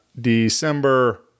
December